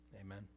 Amen